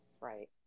Right